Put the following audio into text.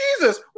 Jesus